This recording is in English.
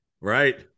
Right